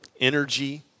energy